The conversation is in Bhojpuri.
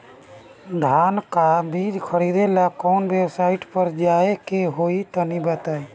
धान का बीज खरीदे ला काउन वेबसाइट पर जाए के होई तनि बताई?